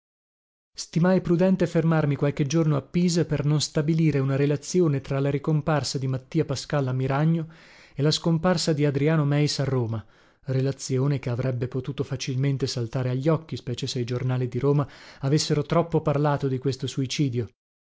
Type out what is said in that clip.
requie stimai prudente fermarmi qualche giorno a pisa per non stabilire una relazione tra la ricomparsa di mattia pascal a miragno e la scomparsa di adriano meis a roma relazione che avrebbe potuto facilmente saltare a gli occhi specie se i giornali di roma avessero troppo parlato di questo suicidio